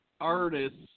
artists